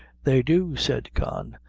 they do, said con,